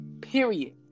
period